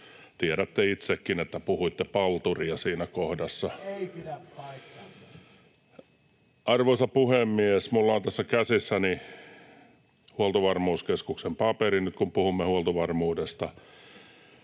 Tiedätte itsekin, että puhuitte palturia siinä kohdassa. [Tuomas Kettunen: Ei pidä paikkaansa!] Arvoisa puhemies! Minulla on tässä käsissäni Huoltovarmuuskeskuksen paperi, nyt kun puhumme huoltovarmuudesta.